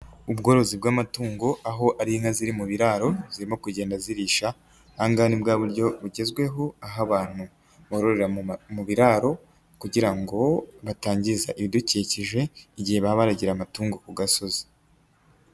Ubworozi bw'amatungo aho ari inka ziri mu biraro zirimo kugenda zirisha, aha ngaha ni bwa buryo bugezweho, aho abantu bororera mu biraro kugira ngo batangiza ibidukikije igihe baba baragira amatungo ku gasozi.